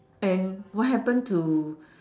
and what happened to